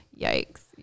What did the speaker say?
Yikes